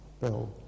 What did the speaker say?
bill